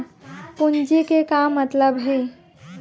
पूंजी के का मतलब हे?